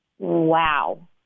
Wow